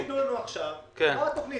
יכול להיות שהם יגידו לנו עכשיו מה התוכנית.